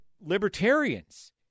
libertarians